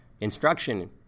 instruction